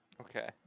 Okay